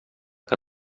que